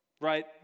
right